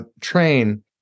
train